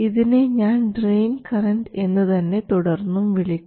ഇതിനെ ഞാൻ drain current എന്നു തന്നെ തുടർന്നും വിളിക്കും